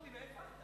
תגיד, מאיפה אתה?